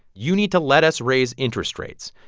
you need to let us raise interest rates.